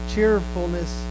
cheerfulness